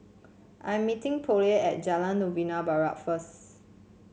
I am meeting Pollie at Jalan Novena Barat first